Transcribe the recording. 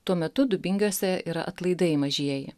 tuo metu dubingiuose yra atlaidai mažieji